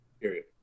Period